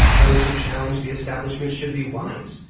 those who challenge the establishment should be wise,